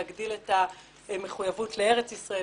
להגדיל את המחויבות לארץ ישראל,